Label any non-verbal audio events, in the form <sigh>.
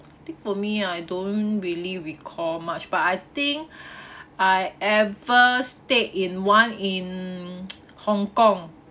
I think for me I don't really recall much but I think I am first stay in one in <noise> hong kong